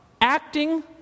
acting